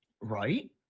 Right